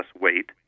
weight